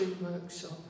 workshop